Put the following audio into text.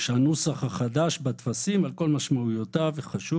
הנוסח החדש בטפסים על כל משמעויותיו וחשוב